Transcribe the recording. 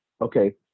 Okay